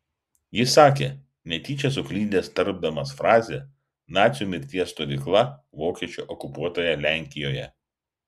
jis sakė netyčia suklydęs tardamas frazę nacių mirties stovykla vokiečių okupuotoje lenkijoje